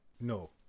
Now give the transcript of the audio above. No